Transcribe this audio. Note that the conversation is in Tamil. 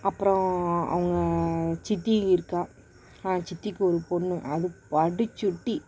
அப்புறம் அவங்க சித்தி இருக்காள் சித்திக்கு ஒரு பொண்ணு அது படு சுட்டி